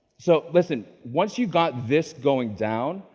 so listen, once you got this going down,